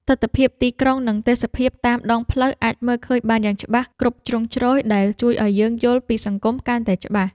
ទិដ្ឋភាពទីក្រុងនិងទេសភាពតាមដងផ្លូវអាចមើលឃើញបានយ៉ាងច្បាស់គ្រប់ជ្រុងជ្រោយដែលជួយឱ្យយើងយល់ពីសង្គមកាន់តែច្បាស់។